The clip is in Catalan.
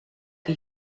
que